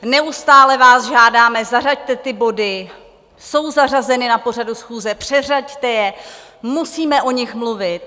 Neustále vás žádáme, zařaďte ty body, jsou zařazeny na pořadu schůze, předřaďte je, musíme o nich mluvit.